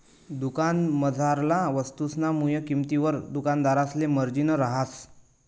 दुकानमझारला वस्तुसना मुय किंमतवर दुकानदारसले मार्जिन रहास